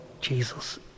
Jesus